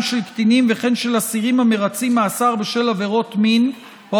של קטינים ושל אסירים המרצים מאסר בשל עבירות מין או